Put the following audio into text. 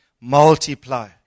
multiply